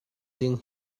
ding